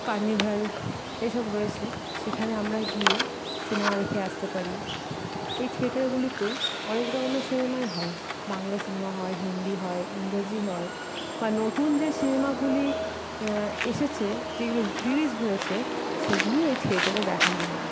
carnival এসব রয়েছে সেখানে আমরা গিয়ে সিনেমা দেখে আসতে পারি এই থিয়েটারগুলিতে অনেক রকমের সিনেমাই হয় বাংলা সিনেমা হয় হিন্দি হয় ইংরাজি হয় বা নতুন যে সিনেমাগুলি এসেছে যেইগুলো রিলিস হয়েছে সেগুলিও এই থিয়েটারে দেখানো হয়